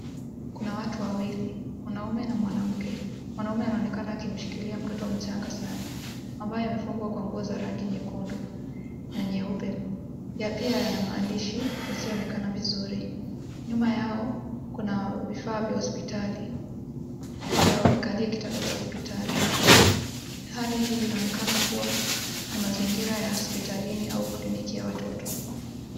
Kuna watu wawili mwanaume na mwanamke mwanaume anaonekana akimshikilia mtoto mchanga sana ambaye amefungwa kwa nguo za rangi nyekundu na nyeupe na pia yana maandishi yasionekana vizuri. Nyuma yao kuna vifaa vya hospitali pia hao wamekalia kitanda cha hospitali. Hali hii inaonekana kuwa ni mazingira ya hospitalini au kliniki ya watoto.